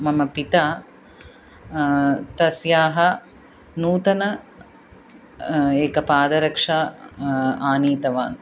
मम पिता तस्याः नूतनाम् एकां पादरक्षाम् आनीतवान्